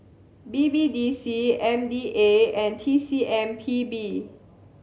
B B D C M D A and T C M P B